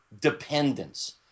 dependence